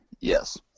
Yes